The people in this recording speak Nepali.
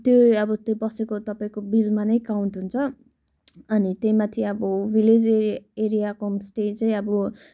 त्यो अब त्यो बसेको तपाईँको बिलमा नै काउन्ट हुन्छ अनि त्यहीँ माथि अब भिलेज एरियाको होमस्टे चाहिँ अब